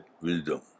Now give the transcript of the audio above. wisdom